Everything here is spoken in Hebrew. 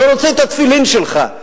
לא רוצה את התפילין שלך,